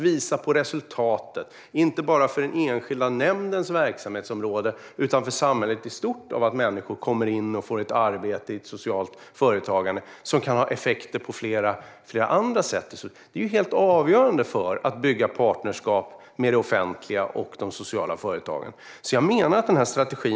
Det handlar om att visa resultatet, inte bara för den enskilda nämndens verksamhetsområde utan för samhället i stort, av att människor kommer in och får ett arbete i ett socialt företag. Det kan ha effekter på flera andra sätt, och det är helt avgörande för att bygga partnerskap med det offentliga och de sociala företagen.